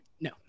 No